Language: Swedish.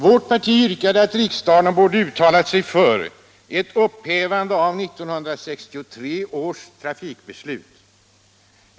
Vårt parti yrkade att riksdagen skulle uttala sig för ett upphävande av 1963 års trafikbeslut.